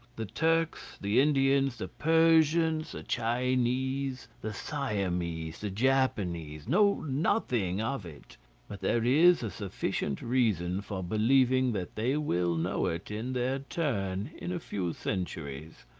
the turks, the indians, the persians chinese, the siamese, the japanese, know nothing of it but there is a sufficient reason for believing that they will know it in their turn in a few centuries.